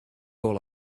all